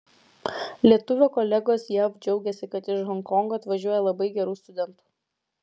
lietuvio kolegos jav džiaugiasi kad iš honkongo atvažiuoja labai gerų studentų